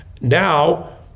Now